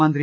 മന്ത്രി